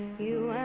you